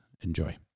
enjoy